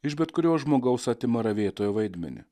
iš bet kurio žmogaus atima ravėtojo vaidmenį